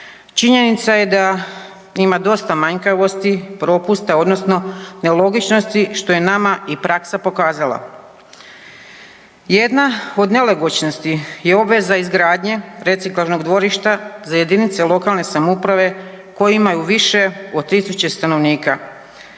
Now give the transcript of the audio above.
činjenica je da ima dosta manjkavosti, propusta odnosno nelogičnosti što je nama i praksa pokazala. Jedna od nelogičnosti je obveza izgradnje reciklažnog dvorišta za jedinice lokalne samouprave koje imaju više od 1000 stanovnika.